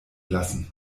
lassen